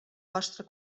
vostra